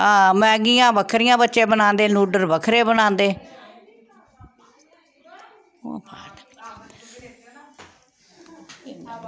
हां मैग्गियां बक्खरियां बच्चे बनांदे नूडल्स बक्खरे बनांदे